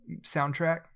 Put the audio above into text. soundtrack